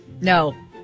No